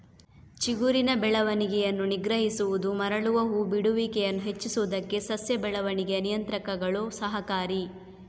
ಚಿಗುರಿನ ಬೆಳವಣಿಗೆಯನ್ನು ನಿಗ್ರಹಿಸುವುದು ಮರಳುವ ಹೂ ಬಿಡುವಿಕೆಯನ್ನು ಹೆಚ್ಚಿಸುವುದಕ್ಕೆ ಸಸ್ಯ ಬೆಳವಣಿಗೆ ನಿಯಂತ್ರಕಗಳು ಸಹಕಾರಿ